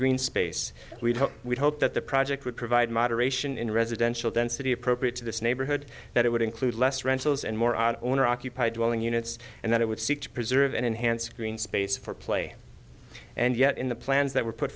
green space we would hope that the project would provide moderation in residential density appropriate to this neighborhood that it would include less rentals and more owner occupied dwelling units and that it would seek to preserve and enhance green space for play and yet in the plans that were put